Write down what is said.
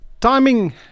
Timing